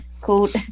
Called